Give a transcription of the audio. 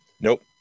Nope